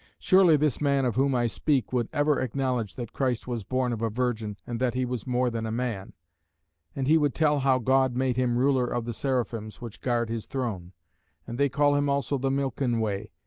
surely this man of whom i speak would ever acknowledge that christ was born of a virgin and that he was more than a man and he would tell how god made him ruler of the seraphims which guard his throne and they call him also the milken way,